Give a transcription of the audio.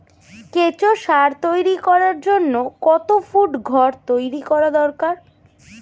কেঁচো সার তৈরি করার জন্য কত ফুট ঘর তৈরি করা দরকার?